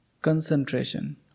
Concentration